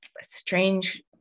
strange